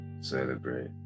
Celebrate